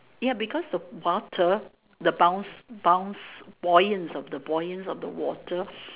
ya because the water the bounce bounce buoyance of the water